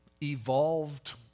evolved